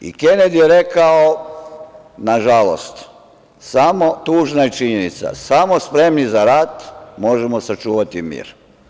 I Kenedi je rekao, nažalost, tužna je činjenica, samo spremni za rat možemo sačuvati mir.